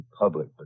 public